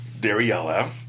Dariella